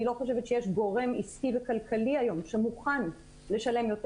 אני לא חושבת שיש גורם עסקי וכלכלי היום שמוכן לשלם יותר